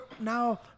now